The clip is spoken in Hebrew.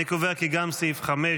אני קובע כי גם סעיף 5,